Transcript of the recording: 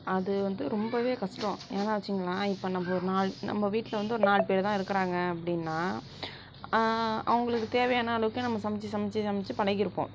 அது வந்து ரொம்பவே கஷ்டம் ஏனால் வச்சுங்களேன் இப்போ நம்ப ஒரு நாலு நம்ப வீட்டில் வந்து ஒரு நாலு பேருதான் இருக்கிறாங்க அப்படின்னா அவங்களுக்கு தேவையான அளவுக்கே நம்ம சமைச்சு சமைச்சு சமைச்சு பழகிருப்போம்